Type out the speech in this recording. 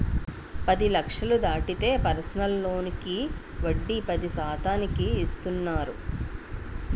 పది లక్షలు దాటితే పర్సనల్ లోనుకి వడ్డీ పది శాతానికి ఇస్తున్నారు